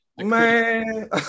Man